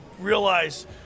realize